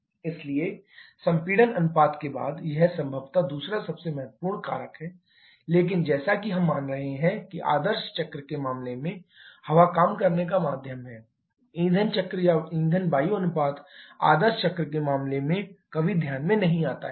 AF ratioṁaṁf इसलिए संपीड़न अनुपात के बाद यह संभवतः दूसरा सबसे महत्वपूर्ण कारक है लेकिन जैसा कि हम मान रहे हैं कि आदर्श चक्र के मामले में हवा काम करने का माध्यम है ईंधन चक्र या ईंधन वायु अनुपात आदर्श चक्र के मामले में कभी ध्यान में नहीं आता है